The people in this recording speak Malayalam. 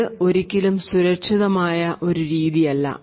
ഇത് ഒരിക്കലും സുരക്ഷിതമായ ഒരു രീതി അല്ല